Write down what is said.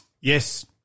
Yes